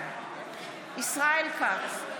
ישראל כץ,